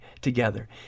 together